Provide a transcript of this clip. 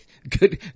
Good